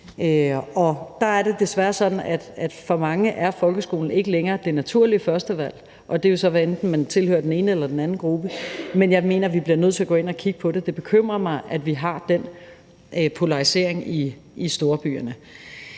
der er det desværre sådan, at for mange er folkeskolen ikke længere det naturlige førstevalg, og det er jo så, hvad enten man tilhører den ene eller den anden gruppe. Jeg mener, at vi bliver nødt til at gå ind og kigge på det. Det bekymrer mig, at vi har den polarisering i storbyerne.